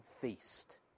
feast